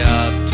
up